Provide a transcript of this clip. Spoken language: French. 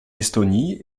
estonie